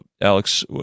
Alex